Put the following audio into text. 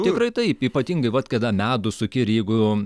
tikrai taip ypatingai vat kada medų suki ir jeigu